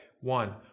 One